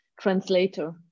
translator